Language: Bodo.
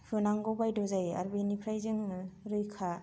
होनांगौ बायद्य' जायो आरो बेनिफ्राय जोङो रैखा